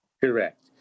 Correct